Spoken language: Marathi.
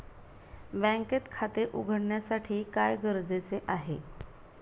बँकेत खाते उघडण्यासाठी काय गरजेचे आहे?